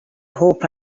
hope